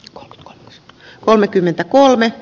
kok kolmekymmentäkolme